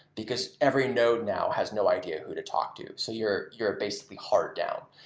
because every node now has no idea who to talk to. so you're you're basically hard down.